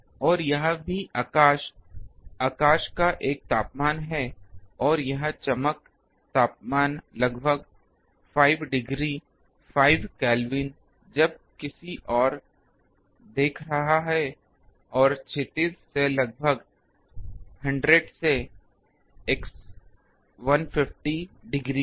और यह भी आकाश आकाश का एक तापमान है और यह चमक तापमान लगभग 5 डिग्री 5 केल्विन जब किसी की ओर देख रहा है और क्षितिज में लगभग 100 से 150 डिग्री है